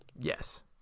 Yes